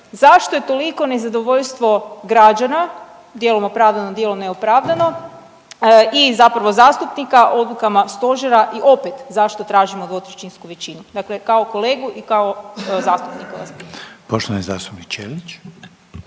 zašto je toliko nezadovoljstvo građana, djelom opravdano dijelom neopravdano i zapravo zastupnika odlukama stožera i opet zašto tražimo dvotrećinsku većinu? Dakle, kao kolegu i kao zastupnika vas pitam. **Reiner, Željko